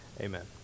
Amen